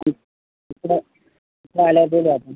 ठीक तिकडं तिथं आल्यावर बोलू आपण